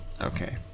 Okay